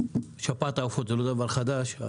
שפעת העופות זה לא דבר חדש.